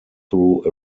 through